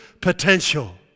potential